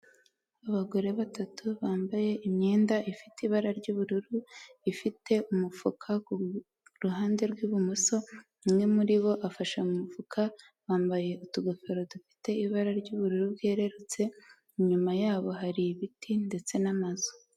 Abagore batatu bambaye imyenda ifite ibara ry'ubururu ifite umufuka kuruhande rw'ibumoso, umwe muri bo afashe mu mufuka bambaye utugofero dufite ibara ry'ubururu bwererutse inyuma yabo hari ibiti ndetse n'amazu.